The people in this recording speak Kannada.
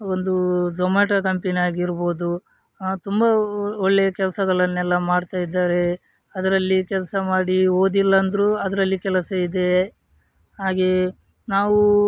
ಒಂದು ಝೊಮ್ಯಾಟೋ ಕಂಪ್ನೀನೇ ಆಗಿರ್ಬೋದು ತುಂಬ ಒಳ್ಳೆಯ ಕೆಲಸಗಳನ್ನೆಲ್ಲ ಮಾಡ್ತಾ ಇದ್ದಾರೆ ಅದರಲ್ಲಿ ಕೆಲಸ ಮಾಡಿ ಓದಿಲ್ಲ ಅಂದರೂ ಅದರಲ್ಲಿ ಕೆಲಸ ಇದೆ ಹಾಗೆಯೇ ನಾವೂ